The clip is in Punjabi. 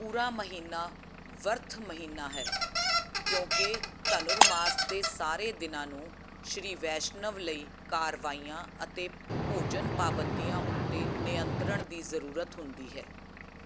ਪੂਰਾ ਮਹੀਨਾ ਬਰਥ ਮਹੀਨਾ ਹੈ ਕਿਉਂਕਿ ਧਨੁਰਮਾਸ ਦੇ ਸਾਰੇ ਦਿਨਾਂ ਨੂੰ ਸ਼੍ਰੀ ਵੈਸ਼ਨਵ ਲਈ ਕਾਰਵਾਈਆਂ ਅਤੇ ਭੋਜਨ ਪਾਬੰਦੀਆਂ ਉੱਤੇ ਨਿਯੰਤਰਣ ਦੀ ਜ਼ਰੂਰਤ ਹੁੰਦੀ ਹੈ